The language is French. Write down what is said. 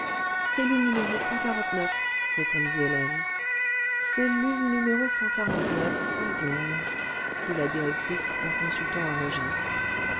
c'est le répondit hélène cellule n voyons fit la directrice en consultant un registre